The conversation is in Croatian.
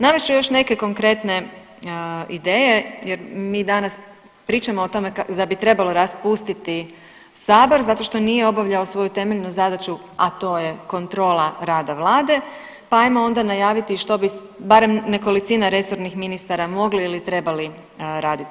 Navest još neke konkretne ideje, jer mi danas pričamo o tome da bi trebalo raspustiti Sabor zato što nije obavljao svoju temeljnu zadaću, a to je kontrola rada Vlade, pa hajdemo onda najaviti što bi, barem većina resornih ministara mogli ili trebali raditi.